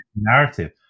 narrative